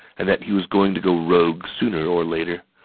and that he was going to go rogue sooner or later.